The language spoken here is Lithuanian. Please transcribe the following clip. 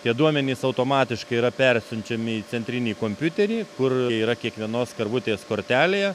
tie duomenys automatiškai yra persiunčiami į centrinį kompiuterį kur yra kiekvienos karvutės kortelėje